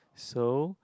so